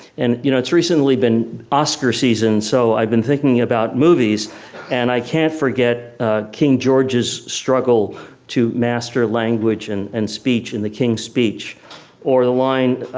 and you know it's really been oscar season so i've been thinking about movies and i can't forget king george's struggle to master language and and speech in the king's speech or the line,